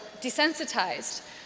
desensitized